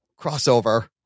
crossover